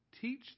teach